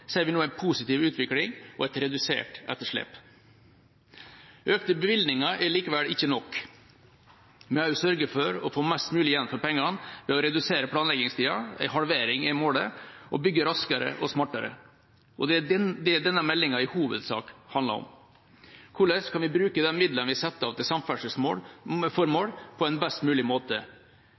ser vi nå en positiv utvikling og et redusert etterslep. Økte bevilgninger er likevel ikke nok. Vi må også sørge for å få mest mulig igjen for pengene ved å redusere planleggingstida – en halvering er målet – og bygge raskere og smartere. Og det er det denne meldinga i hovedsak handler om. Hvordan kan vi bruke de midlene vi setter av til samferdselsformål, på en best mulig måte?